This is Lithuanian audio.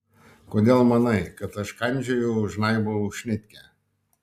kodėl manai kad aš kandžioju žnaibau šnitkę